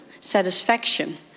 satisfaction